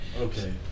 Okay